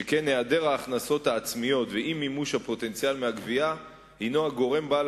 שכן העדר הכנסות עצמיות ואי-מימוש פוטנציאל הגבייה הם הגורמים בעלי